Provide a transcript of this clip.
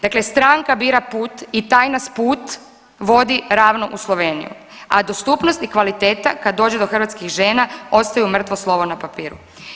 Dakle, stranka bira put i taj nas put vodi ravno u Sloveniju, a dostupnost i kvaliteta kad dođu do hrvatskih žena ostaju mrtvo slovo na papiru.